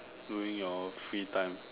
during your free time